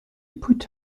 put